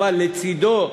אבל לצדו,